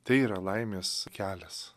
tai yra laimės kelias